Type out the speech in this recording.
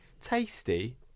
tasty